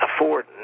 afford